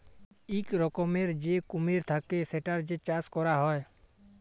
ইক রকমের যে কুমির থাক্যে সেটার যে চাষ ক্যরা হ্যয়